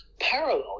parallel